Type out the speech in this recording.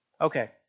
Okay